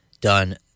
done